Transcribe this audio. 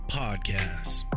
podcasts